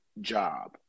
job